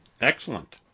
Excellent